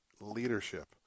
leadership